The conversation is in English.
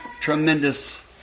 tremendous